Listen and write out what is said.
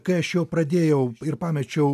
kai aš jau pradėjau ir pamečiau